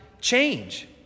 change